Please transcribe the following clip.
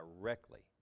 directly